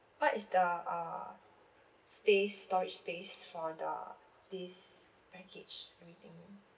what is the uh space storage space for the this package everything